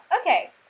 okay